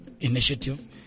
Initiative